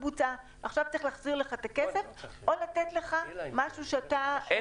עכשיו צריך להחזיר לך את הכסף או לתת לך משהו שאתה תבחר.